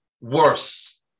worse